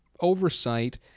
oversight